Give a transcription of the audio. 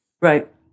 Right